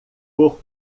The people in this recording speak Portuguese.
por